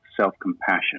self-compassion